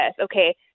Okay